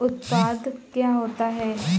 उत्पाद क्या होता है?